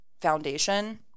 foundation